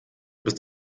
bist